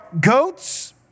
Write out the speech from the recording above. goats